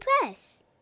press